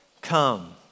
come